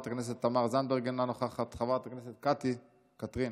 חבר הכנסת אלי אבידר, אינו נוכח,